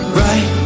right